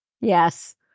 Yes